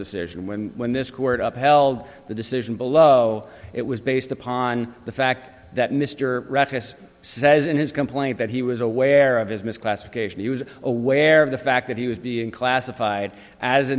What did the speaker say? decision when when this court upheld the decision below it was based upon the fact that mr rattus says in his complaint that he was aware of his misclassification he was aware of the fact that he was being classified as